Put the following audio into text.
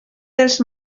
dels